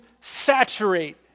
saturate